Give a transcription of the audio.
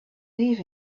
leave